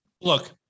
Look